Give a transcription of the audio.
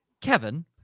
Kevin